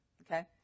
Okay